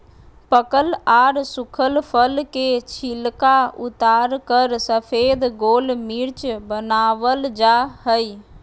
पकल आर सुखल फल के छिलका उतारकर सफेद गोल मिर्च वनावल जा हई